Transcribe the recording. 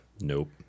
Nope